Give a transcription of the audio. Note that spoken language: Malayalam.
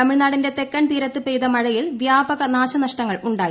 തമിഴ്നാടിന്റെ തെക്കൻ തീരത്ത് പെയ്ത മഴയിൽ വ്യാപക നാശനഷ്ടങ്ങൾ ഉണ്ടായി